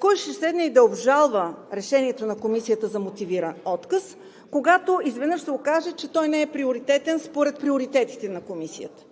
Кой ще седне да обжалва решението на Комисията за мотивиран отказ, когато изведнъж се окаже, че той не е приоритетен според приоритетите на Комисията?